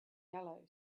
yellow